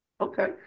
Okay